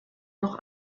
noch